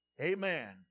Amen